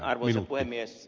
arvoisa puhemies